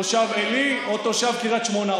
תושב עלי או תושב קריית שמונה.